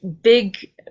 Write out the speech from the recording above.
big